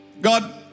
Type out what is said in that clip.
God